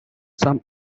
some